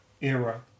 era